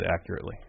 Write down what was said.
accurately